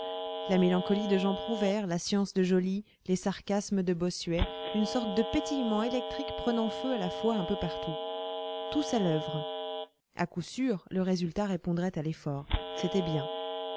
la mélancolie de jean prouvaire la science de joly les sarcasmes de bossuet une sorte de pétillement électrique prenant feu à la fois un peu partout tous à l'oeuvre à coup sûr le résultat répondrait à l'effort c'était bien